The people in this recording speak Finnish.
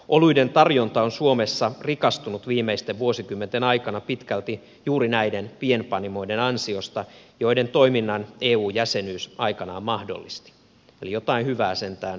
oluiden tarjonta on suomessa rikastunut viimeisten vuosikymmenten aikana pitkälti juuri näiden pienpanimoiden ansiosta joiden toiminnan eu jäsenyys aikanaan mahdollisti eli jotain hyvää sentään eusta on tullut